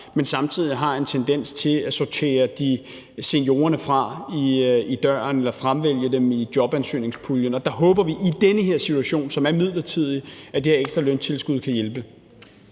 side samtidig har en tendens til at sortere seniorerne fra i døren eller fravælge dem i jobansøgningspuljen. Og der håber vi i den her situation, som er midlertidig, at det her ekstra løntilskud kan hjælpe.